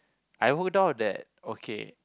I worked out that okay